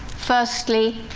firstly,